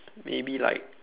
maybe like